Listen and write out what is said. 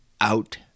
out